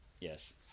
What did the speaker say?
yes